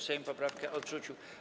Sejm poprawkę odrzucił.